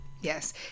yes